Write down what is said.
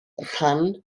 rhan